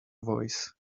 voice